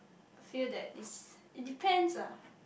feel that is it depends lah